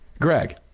Greg